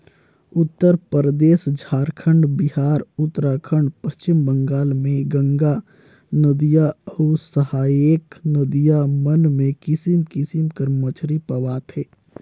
उत्तरपरदेस, झारखंड, बिहार, उत्तराखंड, पच्छिम बंगाल में गंगा नदिया अउ सहाएक नदी मन में किसिम किसिम कर मछरी पवाथे